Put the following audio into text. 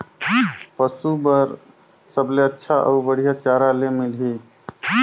पशु बार सबले अच्छा अउ बढ़िया चारा ले मिलही?